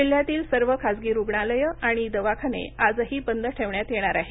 जिल्ह्यातील सर्व खासगी रुग्णालयं आणि दवाखाने आजही बंद ठेवण्यात येणार आहेत